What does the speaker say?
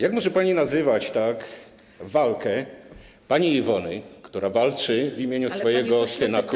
Jak może pani nazywać tak walkę pani Iwony, która walczy w imieniu swojego syna Kuby?